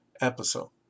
episode